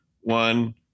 One